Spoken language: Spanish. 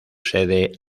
sede